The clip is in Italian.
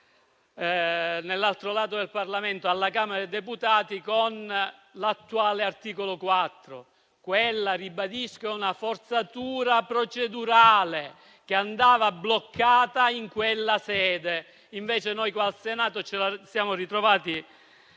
nell'altro ramo del Parlamento, alla Camera dei deputati, con l'attuale articolo 4. Ribadisco che quella è una forzatura procedurale che andava bloccata in quella sede; invece qui al Senato ce la siamo ritrovati